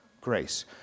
Grace